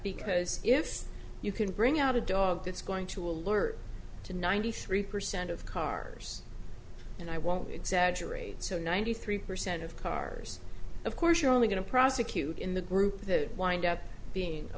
because if you can bring out a dog that's going to alert to ninety three percent of cars and i won't exaggerate so ninety three percent of cars of course you're only going to prosecute in the group that wind up being a